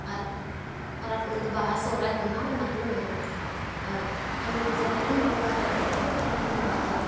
ᱟᱨ ᱯᱚᱨᱚᱵᱽ ᱯᱩᱱᱟᱹᱭ ᱫᱚ ᱵᱟᱦᱟ ᱥᱚᱦᱨᱟᱭ ᱜᱩᱢᱦᱟ ᱚᱱᱟ ᱠᱚᱞᱮ ᱢᱟᱱᱟᱣᱟ ᱟᱨ ᱟᱞᱮ ᱫᱚ ᱡᱟᱦᱮᱨ ᱨᱮᱱ ᱵᱚᱸᱜᱟ ᱦᱚᱲ ᱠᱟᱱᱟᱞᱮ ᱡᱟᱦᱮᱨ ᱨᱮᱞᱮ ᱵᱚᱸᱜᱟᱭᱟ